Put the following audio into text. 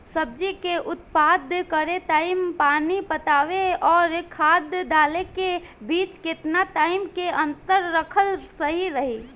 सब्जी के उत्पादन करे टाइम पानी पटावे आउर खाद डाले के बीच केतना टाइम के अंतर रखल सही रही?